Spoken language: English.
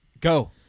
Go